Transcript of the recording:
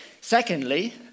Secondly